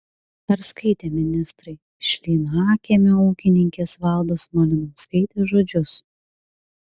ar skaitė ministrai šlynakiemio ūkininkės valdos malinauskaitės žodžius